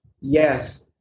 yes